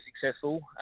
successful